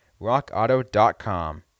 Rockauto.com